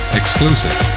exclusive